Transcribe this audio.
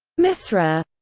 mithra